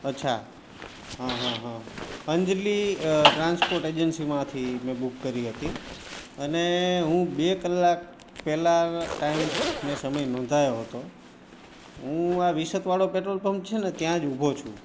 અચ્છા હં હં હં અંજલી અ ટ્રાન્સપોર્ટ એજન્સીમાંથી મેં બૂક કરી હતી અને હું બે કલાક પહેલાં ટાઇમ મેં સમય નોંધાવ્યો હતો હું આ વિસતવાળો પેટ્રોલ પંપ છે ને ત્યાં જ ઉભો છું